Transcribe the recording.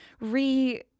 re